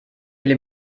will